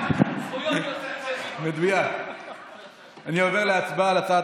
ההצעה להעביר את הצעת